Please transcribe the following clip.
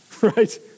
right